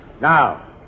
Now